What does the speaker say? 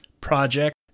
Project